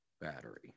battery